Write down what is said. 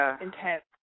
intense